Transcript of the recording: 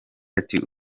ati